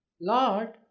Lord